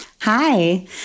Hi